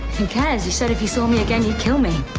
who cares? you said if you saw me again, you'd kill me.